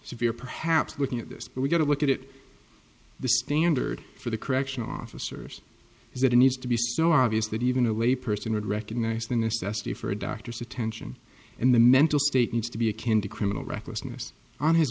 severe perhaps looking at this but we got to look at it the standard for the correctional officers is that it needs to be so obvious that even a layperson would recognize the necessity for a doctor to tension and the mental state needs to be akin to criminal recklessness on his